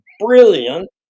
brilliant